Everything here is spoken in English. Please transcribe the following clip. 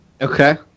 Okay